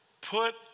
put